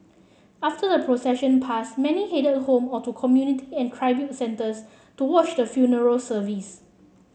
after the procession pass many headed home or to community and centres to watch the funeral service